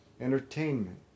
entertainment